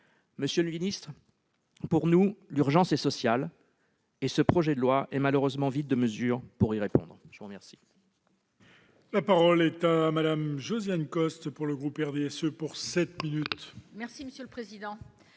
Monsieur le ministre, pour nous, l'urgence est sociale. Ce projet de loi est malheureusement vide de mesures pour y répondre. La parole